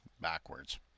backwards